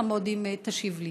לכן אודה לך מאוד אם תשיב לי.